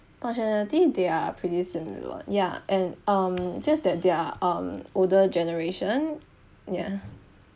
functionality they are pretty similar [one] ya and um just that they are um older generation yeah